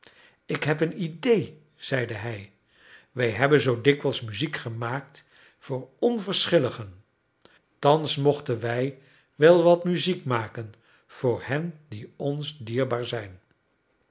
ik heb een idée zeide hij wij hebben zoo dikwijls muziek gemaakt voor onverschilligen thans mochten wij wel wat muziek maken voor hen die ons dierbaar zijn